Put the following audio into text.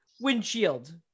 windshield